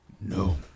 No